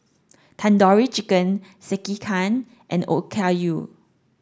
Tandoori Chicken Sekihan and Okayu